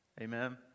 Amen